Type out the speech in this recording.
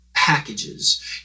Packages